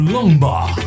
Longbar